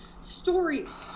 Stories